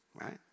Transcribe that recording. Right